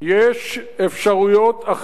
יש אפשרויות אחרות,